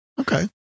okay